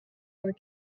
vingt